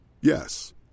Yes